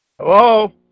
Hello